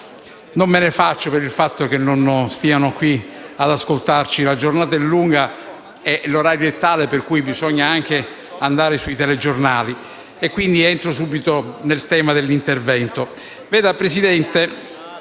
Non me ne dolgo, per il fatto che non siano qui ad ascoltarci: la giornata è lunga e l'orario è tale che bisogna anche andare sui telegiornali. Quindi, vado subito al tema dell'intervento.